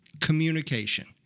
communication